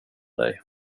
dig